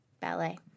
ballet